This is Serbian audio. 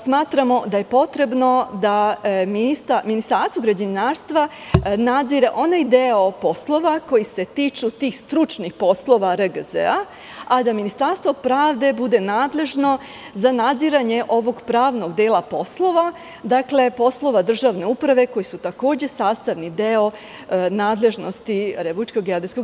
Smatramo da je potrebno da Ministarstvo građevinarstva nadzire onaj deo poslova koji se tiče tih stručnih poslova RGZ, a da Ministarstvo pravde bude nadležno za nadziranje ovog pravnog dela poslova, poslova državne uprave koji su takođe sastavni deo nadležnosti RGZ.